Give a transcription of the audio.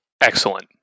Excellent